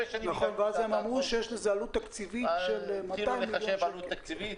ואז הם אמרו שיש לזה עלות תקציבית של 200 מיליון שקל.